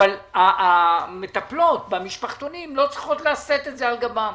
אבל המטפלות במשפחתונים לא צריכות לשאת את זה על גבן,